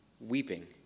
weeping